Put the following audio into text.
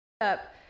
up